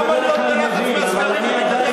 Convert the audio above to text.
למה להיות בלחץ מהסקרים אם אתם יודעים שתצליחו?